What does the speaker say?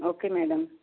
okay madam